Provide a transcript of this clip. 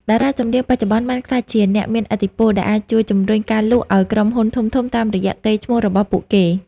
តារាចម្រៀងបច្ចុប្បន្នបានក្លាយជាអ្នកមានឥទ្ធិពល ដែលអាចជួយជម្រុញការលក់ឱ្យក្រុមហ៊ុនធំៗតាមរយៈកេរ្តិ៍ឈ្មោះរបស់ពួកគេ។